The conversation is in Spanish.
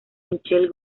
michel